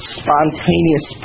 spontaneous